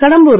Kadambur